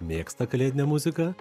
mėgsta kalėdinę muziką